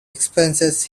expenses